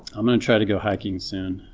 i'm gonna try to go hiking soon,